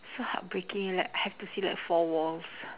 so heartbreaking like I have to see like four walls